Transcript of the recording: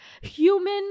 human